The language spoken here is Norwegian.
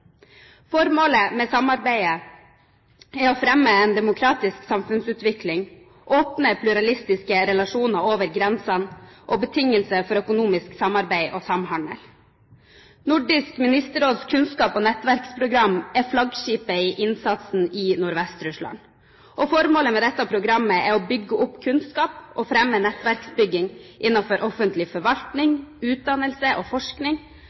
Formålet med samarbeidet er å fremme en demokratisk samfunnsutvikling, åpne pluralistiske relasjoner over grensene og få til betingelser for økonomisk samarbeid og samhandel. Nordisk Ministerråds kunnskaps- og nettverksprogram er flaggskipet i innsatsen i Nordvest-Russland. Formålet med dette programmet er å bygge opp kunnskap og fremme nettverksbygging innenfor offentlig forvaltning, utdannelse og forskning,